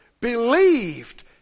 believed